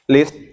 List